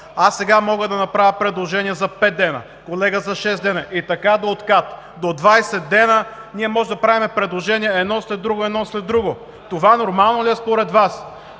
Аз сега мога да направя предложение за пет дни, колега – за шест дни, и така до откат. До 20 дни можем да правим предложение едно след друго, едно след друго. Това нормално ли е според Вас?